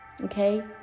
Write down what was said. Okay